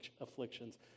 afflictions